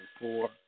four